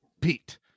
Pete